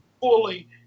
fully